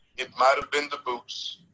it might have been the boots